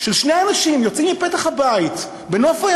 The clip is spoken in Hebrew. של שני אנשים יוצאים מפתח הבית בנוף-איילון,